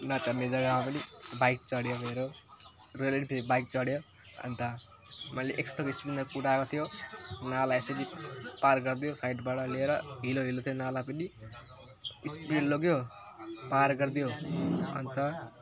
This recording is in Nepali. नचढ्ने जग्गामा पनि बाइक चढ्यो मेरो रोयल इनफिल्ड बाइक चढ्यो अनि त मैले एक सयको स्पिडमा कुदाएको थियो उनीहरूलाई यसरी पार गरिदियो साइडबाट लिएर हिलो हिलो थियो नाला पनि स्पिड लग्यो पार गरिदियो अनि त